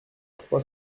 trois